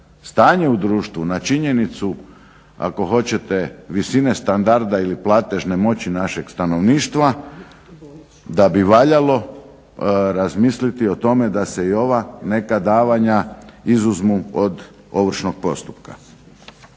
stanje u društvu, na činjenicu ako hoćete visine standarda ili platežne moći našeg stanovništva da bi valjalo razmisliti o tome da se i ova neka davanja izuzmu od ovršnog postupka.